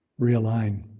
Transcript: realign